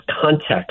context